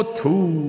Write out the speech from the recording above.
two